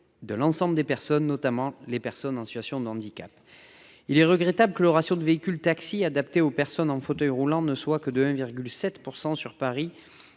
De l'ensemble des personnes, notamment les personnes en situation d'handicap. Il est regrettable que le ratio de véhicules taxis adaptés aux personnes en fauteuil roulant ne soit que de 1,7% sur Paris.